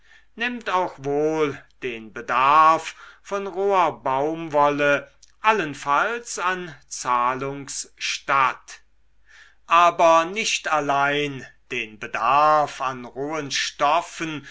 nimmt auch wohl den bedarf von roher baumwolle allenfalls an zahlungs statt aber nicht allein den bedarf an rohen stoffen